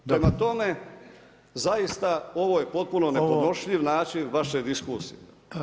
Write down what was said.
Prema tome, zaista ovo je potpuno nepodnošljiv način vaše diskusije.